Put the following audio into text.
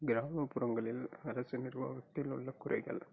கிராமப்புறங்களில் அரசு நிர்வாகத்தில் உள்ள குறைகள்